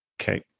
Okay